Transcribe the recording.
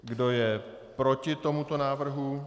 Kdo je proti tomuto návrhu?